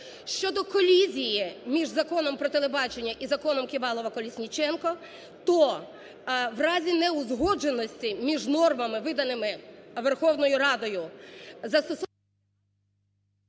Щодо колізії між Законом про телебачення і законом Ківалова-Колесніченка, то в разі неузгодженості між нормами, виданими Верховною Радою… ГОЛОВУЮЧИЙ.